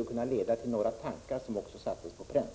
det kan leda till några tankar som sätts på pränt.